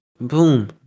Boom